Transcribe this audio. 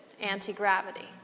Anti-gravity